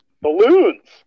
Balloons